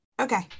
Okay